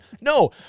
No